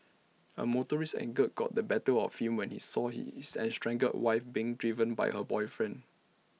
A motorist's anger got the better of him when he saw his estranged wife's being driven by her boyfriend